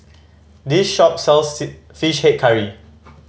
this shop sells Fish Head Curry